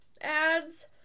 ads